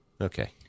Okay